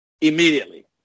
immediately